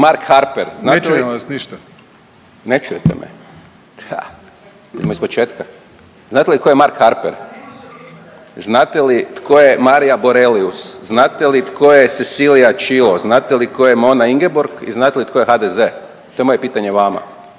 (SDP)** Ne čujete me? Ha. Idemo iz početka. Znate li tko je Mark Harper, znate li tko je Maria Borelius, znate li tko je Cecilia Cilo, znate li tko je Mona Ingeborg i znate li tko je HDZ? To je moje pitanje vama.